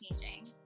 changing